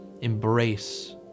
embrace